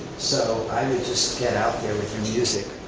so i would just get out there with your music.